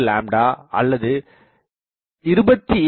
005 அல்லது 27